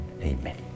Amen